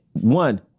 one